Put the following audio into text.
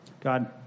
God